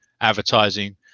advertising